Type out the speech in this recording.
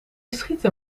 schieten